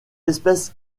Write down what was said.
espèce